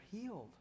healed